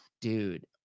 dude